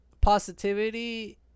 positivity